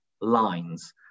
lines